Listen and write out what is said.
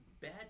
bad